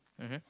mmhmm